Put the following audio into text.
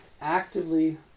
actively